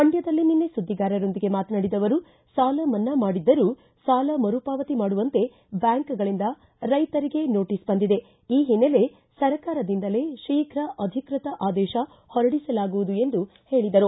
ಮಂಡ್ಕದಲ್ಲಿ ನಿನ್ನೆ ಸುದ್ದಿಗಾರರೊಂದಿಗೆ ಮಾತನಾಡಿದ ಅವರು ಸಾಲ ಮನ್ನಾ ಮಾಡಿದ್ದರೂ ಸಾಲ ಮರುಪಾವತಿ ಮಾಡುವಂತೆ ಬ್ಯಾಂಕ್ಗಳಿಂದ ರೈತರಿಗೆ ನೋಟಿಸ್ ಬಂದಿದೆ ಈ ಹಿನ್ನೆಲೆ ಸರ್ಕಾರದಿಂದಲೇ ಶೀಘ್ ಅಧಿಕೃತ ಅದೇಶ ಹೊರಡಿಸಲಾಗುವುದು ಎಂದು ಹೇಳಿದರು